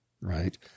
right